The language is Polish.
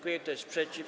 Kto jest przeciw?